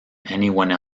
anyone